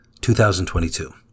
2022